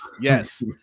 yes